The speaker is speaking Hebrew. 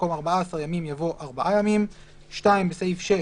במקום "ארבעה עשר ימים" יבוא "ארבעה ימים"; (2)בסעיף 6,